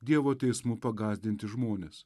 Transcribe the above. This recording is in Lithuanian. dievo teismu pagąsdinti žmonės